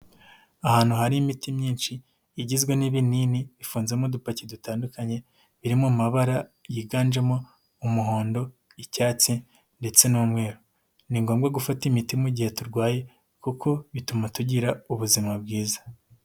Ahantu hari imiti myinshi igizwe n'ibinini bifunze mu dupaki dutandukanye biri mu mabara yiganjemo umuhondo, icyatsi ndetse n'umweru, ni ngombwa gufata imiti mu gihe turwaye kuko bituma tugira ubuzima bwiza.